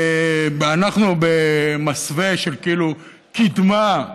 אנחנו, במסווה של כאילו קדמה,